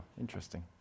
Interesting